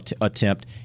attempt